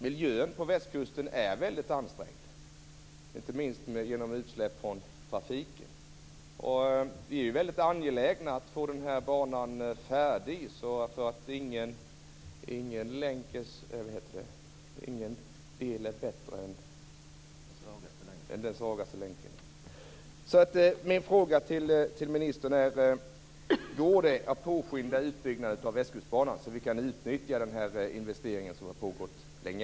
Miljön på västkusten är väldigt ansträngd, inte minst genom utsläpp från trafiken. Vi är väldigt angelägna att få den här banan färdig. Ingen kedja är ju starkare än den svagaste länken. Min fråga till ministern är: Går det att påskynda utbyggnaden av Västkustbanan, så att vi kan utnyttja den här investeringen som har pågått så länge?